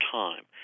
time